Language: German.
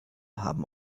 haben